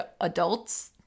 adults